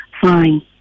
fine